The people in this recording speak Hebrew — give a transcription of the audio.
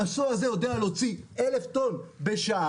המסוע הזה יודע להוציא 1,000 טון בשעה,